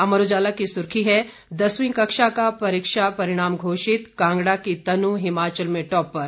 अमर उजाला की सुर्खी है दसवीं कक्षा का परिणाम घोषित कांगड़ा की तनु हिमाचल में टॉपर